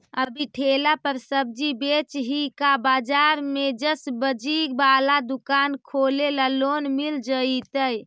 अभी ठेला पर सब्जी बेच ही का बाजार में ज्सबजी बाला दुकान खोले ल लोन मिल जईतै?